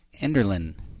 Enderlin